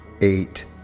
eight